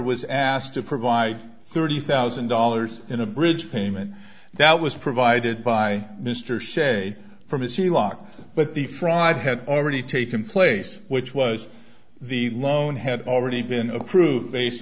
was asked to provide thirty thousand dollars in a bridge payment that was provided by mr sze from a c lock but the fraud had already taken place which was the loan had already been approved based